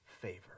favor